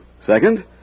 Second